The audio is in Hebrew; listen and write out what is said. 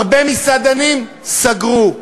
הרבה מסעדנים סגרו.